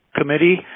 committee